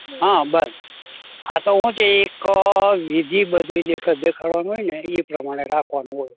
હા બસ હા તો શું છે એક વિધિ બધુંય દેખાડવાનું હોયને એ પ્રમાણે રાખવાનું હોય